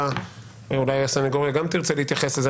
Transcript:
ואולי הסנגוריה גם תרצה להתייחס לזה.